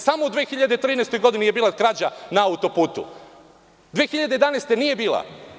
Samo u 2013. godini je bila krađa na auto-putu, 2011. godine nije bila.